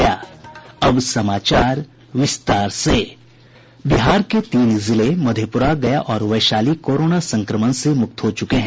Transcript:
बिहार के तीन जिले मधेप्रा गया और वैशाली कोरोना संक्रमण से मुक्त हो चुके हैं